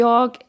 Jag